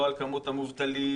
לא על כמות המובטלים,